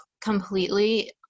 completely